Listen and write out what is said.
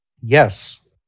Yes